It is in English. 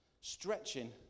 Stretching